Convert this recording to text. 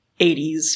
80s